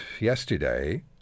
yesterday